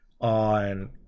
on